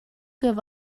give